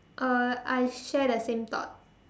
uh I share the same thought